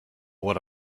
what